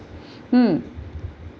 hmm